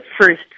first